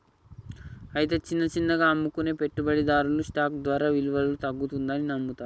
అయితే చిన్న చిన్నగా అమ్ముకునే పెట్టుబడిదారులు స్టాక్ ధర విలువలో తగ్గుతుందని నమ్ముతారు